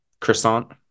Croissant